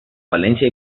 valencia